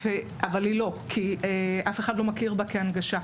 אבל היא לא, כי אף אחד לא מכיר בה כהנגשה.